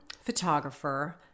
photographer